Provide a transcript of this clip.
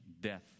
death